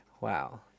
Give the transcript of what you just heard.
Wow